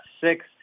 six